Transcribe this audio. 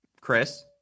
Chris